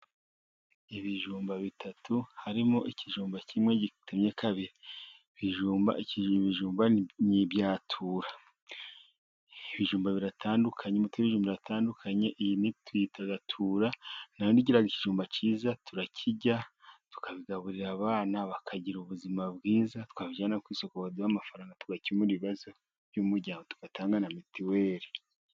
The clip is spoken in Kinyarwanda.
Ibijumba bitatu harimo ikijumba kimwe gitemye kabiri, ibijumba nibya tura, ibijumba biratandukanye iyi ni tuyita tura ni ikijumba cyiza turakirya tukabigaburira abana bakagira ubuzima bwiza, twabijyana ku isoko bakaduha amafaranga tugakemura ibibazo by'umuryango tugatanga na mitiweli.